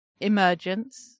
Emergence